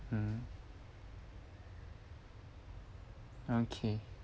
mm okay